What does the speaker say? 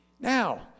Now